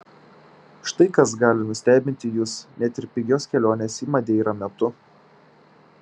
štai kas gali nustebinti jus net ir pigios kelionės į madeirą metu